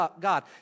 god